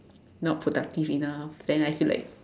not productive enough then I still like